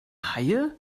haie